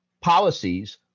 policies